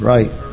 Right